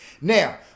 Now